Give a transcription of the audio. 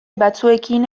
batzuekin